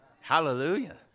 Hallelujah